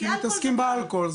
כי מתעסקים באלכוהול,